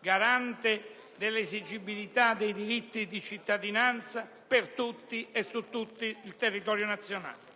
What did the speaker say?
garante dell'esigibilità dei diritti di cittadinanza per tutti e su tutto il territorio nazionale.